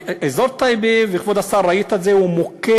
אזור טייבה, וכבוד השר, ראית את זה, הוא מוכה